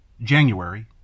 January